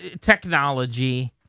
technology